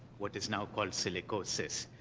what is now called silicosis.